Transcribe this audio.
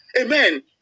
Amen